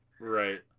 Right